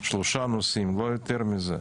שלושה נושאים לא יותר מזה,